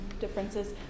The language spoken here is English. differences